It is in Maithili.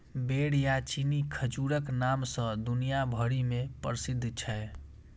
बेर या चीनी खजूरक नाम सं दुनिया भरि मे प्रसिद्ध छै